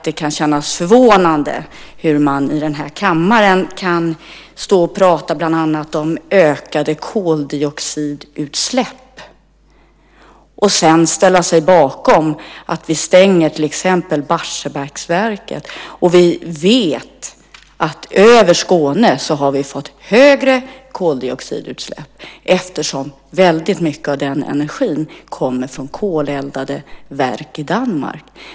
Det känns förvånande att man i den här kammaren kan stå och prata bland annat om ökade koldioxidutsläpp och sedan ställa sig bakom en stängning av till exempel Barsebäcksverket. Vi vet att vi har fått högre koldioxidutsläpp över Skåne eftersom väldigt mycket av energin kommer från koleldade verk i Danmark.